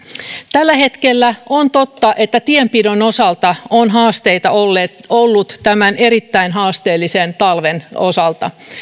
tällä hetkellä on totta että tienpidon osalta on haasteita ollut tämän erittäin haasteellisen talven osalta